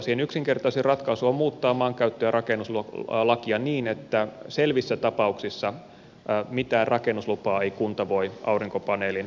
siihen yksinkertaisin ratkaisu on muuttaa maankäyttö ja rakennuslakia niin että selvissä tapauksissa mitään rakennuslupaa ei kunta voi aurinkopaneelin asentamisesta edellyttää